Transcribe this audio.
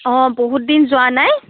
অঁ বহুত দিন যোৱা নাই